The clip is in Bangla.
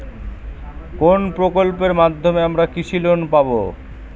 কোন প্রকল্পের মাধ্যমে আমরা কৃষি লোন পাবো?